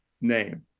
name